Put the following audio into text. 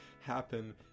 happen